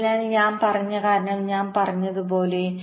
അതിനാൽ ഞാൻ പറഞ്ഞ കാരണം ഞാൻ പറഞ്ഞതുപോലെ